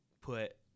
put